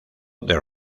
del